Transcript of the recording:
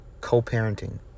Co-parenting